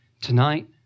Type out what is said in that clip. tonight